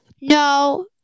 No